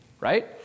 Right